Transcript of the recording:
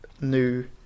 new